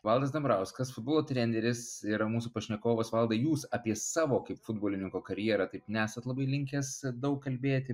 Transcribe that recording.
valdas dambrauskas futbolo treneris yra mūsų pašnekovas valdai jūs apie savo kaip futbolininko karjerą taip nesat labai linkęs daug kalbėti